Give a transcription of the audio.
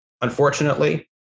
unfortunately